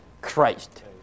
Christ